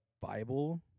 Bible